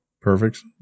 perfect